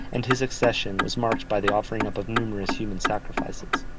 and his accession was marked by the offering up of numerous human sacrifices.